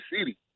city